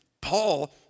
Paul